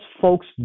folks